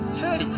Hey